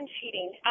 cheating